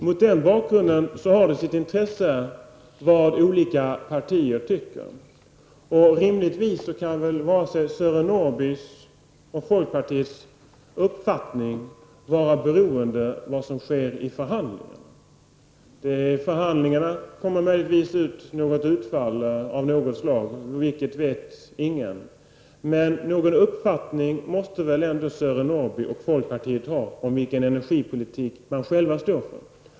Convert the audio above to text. Mot den bakgrunden har det sitt intresse vad olika partier tycker. Rimligtvis kan Sören Norrbys och folkpartiets uppfattning inte vara beroende av vad som sker vid partiledarförhandlingarna. De ger möjligtvis ett utfall av något slag, vilket vet ingen, men någon uppfattning måste väl ändå Sören Norrby och folkpartiet ha om vilken energipolitik de själva står för.